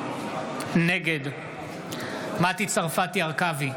נגד מטי צרפתי הרכבי,